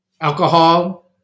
alcohol